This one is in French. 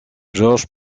georges